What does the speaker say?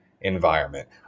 environment